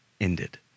ended